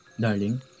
Darling